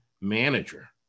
manager